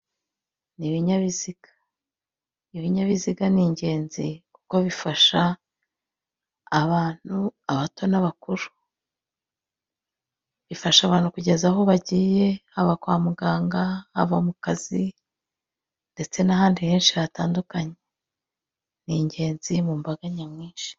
NIi binyabiziga. Ibinyabiziha ni ngenzi kuko bifasha abantu, abato n'abakuru, bifasha abantu kugeza aho bagiye, haba kwa muganga , haba ku kazi ndetse n'ahandi henshi hatandukanye, ni ingenzi mu mbaga nyamwinshi.